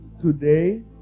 Today